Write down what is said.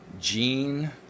Gene